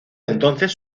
entonces